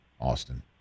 Austin